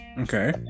Okay